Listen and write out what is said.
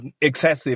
excessive